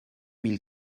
mille